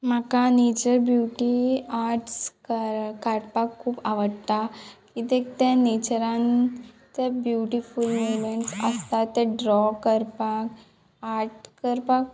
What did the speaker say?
म्हाका nature beauty arts कर काडपाक खूब आवडटा कित्याक ते नेचरान तें ब्युटिफूल मुमेंट्स आसता तें ड्रॉ करपाक आर्ट करपाक